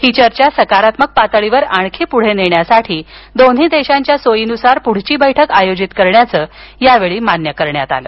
ही चर्चा सकारात्मक पातळीवर आणखी पुढे नेण्यासाठी दोन्ही देशांच्या सोयीनुसार पुढील बैठक आयोजित करण्याचं यावेळी मान्य करण्यात आलं